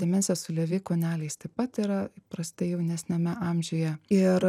demencija su levi kūneliais taip pat yra įprastai jaunesniame amžiuje ir